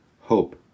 hope